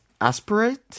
aspirate